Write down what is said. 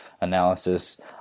analysis